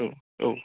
औ औ